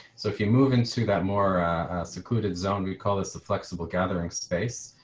so if you move into that more secluded zone. we call this the flexible gathering space,